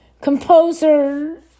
Composer